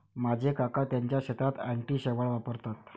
माझे काका त्यांच्या शेतात अँटी शेवाळ वापरतात